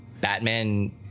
Batman